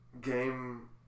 game